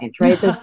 right